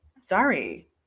Sorry